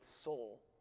soul